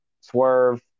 Swerve